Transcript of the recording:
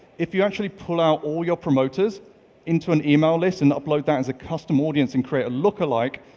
if you actually pull out all your promoters into an email list and upload that as a custom audience and create a lookalike,